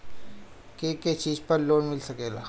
के के चीज पर लोन मिल सकेला?